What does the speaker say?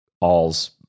all's